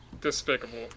despicable